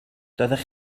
doeddech